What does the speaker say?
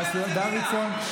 דוידסון,